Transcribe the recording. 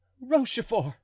Rochefort